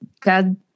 god